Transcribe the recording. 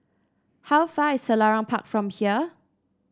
how far is Selarang Park from here